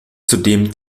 zudem